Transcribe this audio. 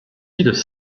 îles